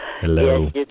Hello